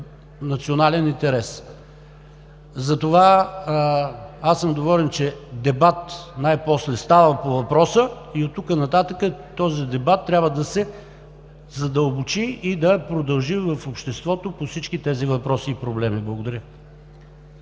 национален интерес. Затова съм доволен, че дебат най-после става по въпроса и оттук нататък този дебат трябва да се задълбочи и да продължи в обществото по всички тези въпроси и проблеми. Благодаря.